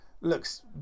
looks